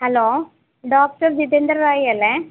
hello doctor Jitindra Roy അല്ലെ